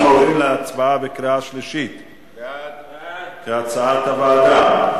אנחנו עוברים להצבעה בקריאה שלישית כהצעת הוועדה.